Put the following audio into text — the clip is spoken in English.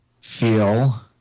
feel